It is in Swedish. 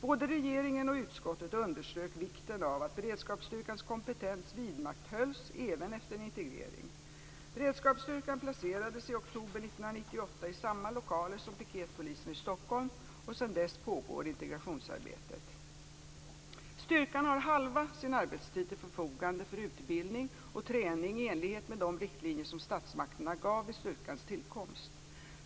Både regeringen och utskottet underströk vikten av att beredskapsstyrkans kompetens vidmakthölls även efter en integrering. Beredskapsstyrkan placerades i oktober 1998 i samma lokaler som piketpolisen i Stockholm, och sedan dess pågår integrationsarbetet. Styrkan har halva sin arbetstid till förfogande för utbildning och träning i enlighet med de riktlinjer som statsmakterna gav vid styrkans tillkomst.